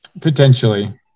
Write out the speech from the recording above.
Potentially